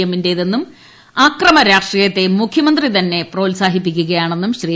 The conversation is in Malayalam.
എമ്മിന്റേതതെന്നും അക്രമ രാഷ്ട്രീയത്തെ മുഖ്യമന്ത്രി തളന്ന് പ്രോത്സാഹിപ്പിക്കുകയാണെന്നും ശ്രീ